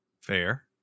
fair